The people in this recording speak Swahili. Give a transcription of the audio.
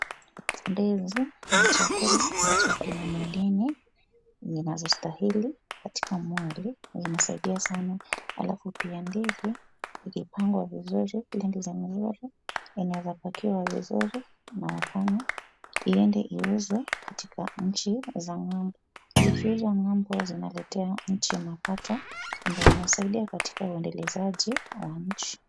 Ndizi ni chakula ambacho kina madini zinazostahili katika mwili inasaidia sana. Alafu pia ndizi ikipangwa vizuri ile ndizi mzuri inaweza pakiwa vizuri na wafanye iende iuzwe katika nchi za ng'ambo. Zikiuzwa ng'ambo zinaletea nchi mapato na inasaidia katika uendelezaji wa nchi,